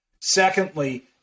Secondly